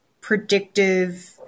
predictive